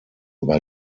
über